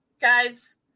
guys